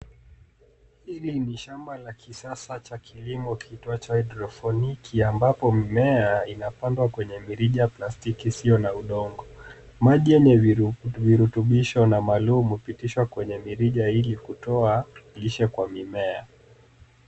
Hili ni shamba la kisasa cha kilimo kiitwacho hydroponic ambapo mimea inapandwa kwenye mirija plastiki isio na udongo. Maji yenye viritubisho na malumu hupitishwa kwenye mirija ili kutoa lishe kwa mimea.